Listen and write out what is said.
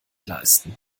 leisten